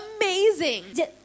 amazing